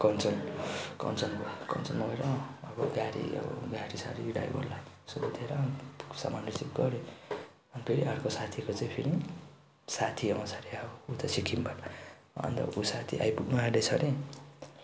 कञ्चन कञ्चन कञ्चनजङ्घा अब गाडी अब गाडीसाडी ड्राइभरलाई सोधेर सामान रिसिभ गर्यो अन्त फेरि अर्को साथीको चाहिँ फेरि साथी आउँछ अरे अब उता सिक्किमबाट अन्त ऊ साथी आइपुग्नु आँटेछ अरे